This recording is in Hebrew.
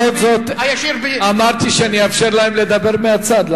למרות זאת אמרתי שאני אאפשר להם לדבר מהצד.